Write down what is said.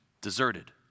deserted